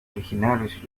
originales